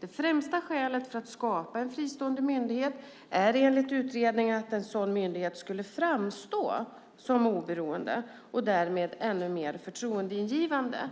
Det främsta skälet för att skapa en fristående myndighet är enligt utredningen att en sådan myndighet skulle framstå som oberoende och därmed ännu mer förtroendeingivande.